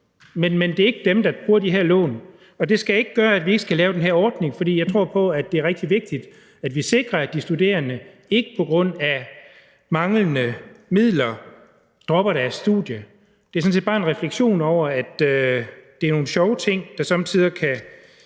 men det er ikke dem, der bruger de her lån. Det skal ikke gøre, at vi ikke skal lave den her ordning, for jeg tror på, det er rigtig vigtigt, at vi sikrer, at de studerende ikke på grund af manglende midler dropper deres studie. Det er sådan set bare en refleksion over, at det er nogle sjove ting, der somme tider kan